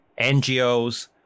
NGOs